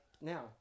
now